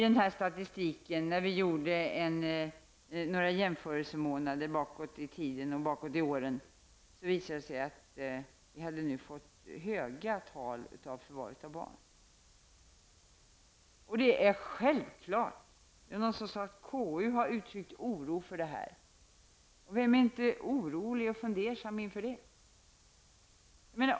Denna statistik för några jämförelsemånader tillbaka i tiden visade att antalet barn som hade tagits i förvar var stort. Det är självklart. Någon sade att KU har uttryckt oro för detta. Men vem är inte orolig och fundersam inför detta?